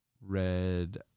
red